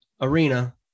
arena